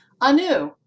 Anu